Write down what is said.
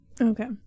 Okay